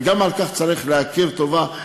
גם על כך צריך להכיר טובה.